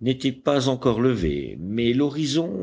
n'était pas encore levée mais l'horizon